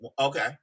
Okay